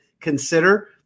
consider